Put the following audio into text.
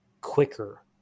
quicker